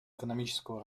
экономического